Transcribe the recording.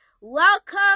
Welcome